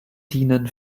dienen